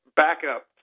backup